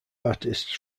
artists